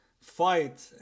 fight